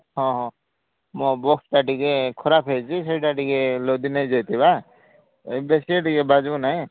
ହଁ ହଁ ମୋ ବକ୍ସଟା ଟିକେ ଖରାପ ହୋଇଛି ସେଇଟା ଟିକେ ଲଦି ନେଇଯାଇଥିବା ଏବେ ସିଏ ଟିକେ ବାଜୁ ନାହିଁ